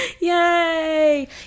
Yay